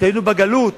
שהיינו בגלות